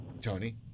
Tony